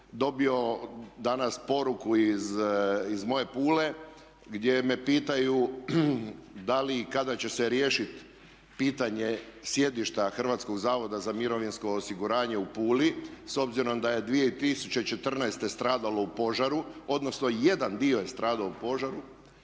dobio danas poruku iz moje Pule gdje me pitaju da li i kada će se riješiti pitanje sjedišta HZMO-a u Puli s obzirom da je 2014. stradalo u požaru, odnosno jedan dio je stradao u požaru.